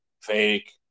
fake